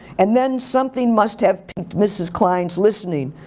and then something must have piqued mrs. klein's listening.